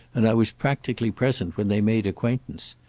and i was practically present when they made acquaintance.